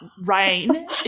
rain